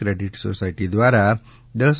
credit society દ્વારા રૂ